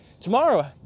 Tomorrow